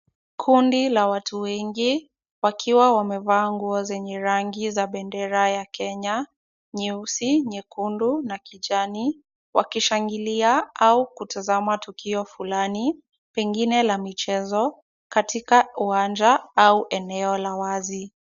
Kundi la watu wengi, wakiwa wamevaa nguo zenye rangi za bendera ya Kenya, nyeusi, nyekundu na kijani, wakishangilia au kutazama tukio fulani, pengine la michezo katika uwanja au eneo la wazi.